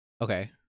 Okay